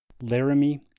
Laramie